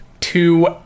two